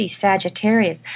Sagittarius